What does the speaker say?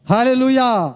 Hallelujah